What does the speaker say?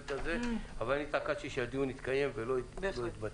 אבל אני התעקשתי שהדיון יתקיים ולא יתבטל.